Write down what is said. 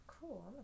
cool